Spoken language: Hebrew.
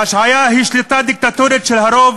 ההשעיה היא שליטה דיקטטורית של הרוב,